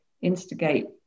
instigate